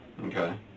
Okay